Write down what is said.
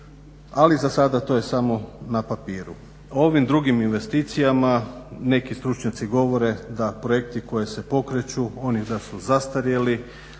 ali zasada to je samo na papiru. Ovim drugim investicijama neki stručnjaci govore da projekti koji se pokreću, oni da su zastarjeli,